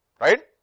Right